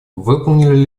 выполнили